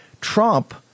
Trump